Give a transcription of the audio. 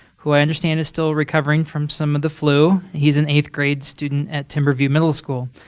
who i understand is still recovering from some of the flu he's an eighth grade student at timberview middle school.